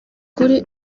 kuri